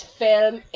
film